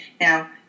Now